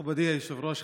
מכובדי היושב-ראש,